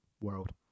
world